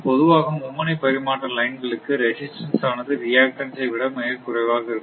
பொதுவாக மும்முனை பரிமாற்ற லைன் களுக்கு ரெசிஸ்டன்ஸ் ஆனது ரியக் டான்ஸ் ஐ விட மிக மிக குறைவாக இருக்கும்